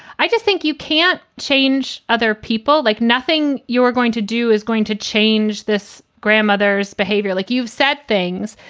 i just think you can't change other people like nothing you are going to do is going to change this grandmother's behavior like you've said things.